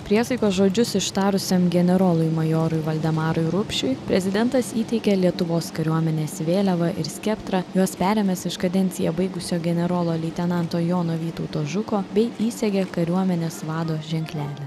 priesaikos žodžius ištarusiam generolui majorui valdemarui rupšiui prezidentas įteikė lietuvos kariuomenės vėliavą ir skeptrą juos perėmęs iš kadenciją baigusio generolo leitenanto jono vytauto žuko bei įsegė kariuomenės vado ženklelį